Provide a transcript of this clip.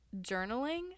journaling